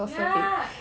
yeah